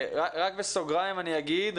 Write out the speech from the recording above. רק בסוגריים אני אגיד,